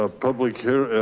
ah public here.